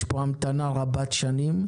יש פה המתנה רבת שנים,